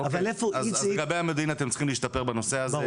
אז לגבי המודיעין אתם צריכים להשתפר בנושא הזה.